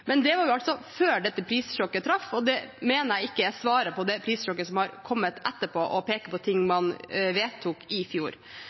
Men det var altså før dette prissjokket traff, og jeg mener det ikke er svaret på det prissjokket som har kommet etterpå, å peke på ting man vedtok i fjor.